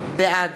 בעד